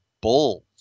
Bulls